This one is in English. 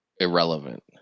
irrelevant